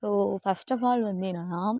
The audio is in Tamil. ஓ ஃபர்ஸ்ட் ஆஃப் ஆல் வந்து என்னன்னா